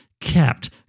kept